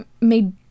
made